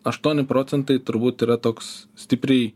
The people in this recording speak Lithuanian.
aštuoni procentai turbūt yra toks stipriai